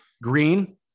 Green